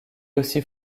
aussi